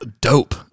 dope